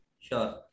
Sure